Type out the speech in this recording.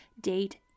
date